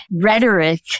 rhetoric